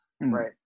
Right